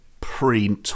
pre